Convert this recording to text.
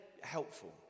helpful